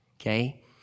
okay